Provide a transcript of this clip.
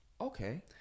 Okay